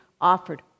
offered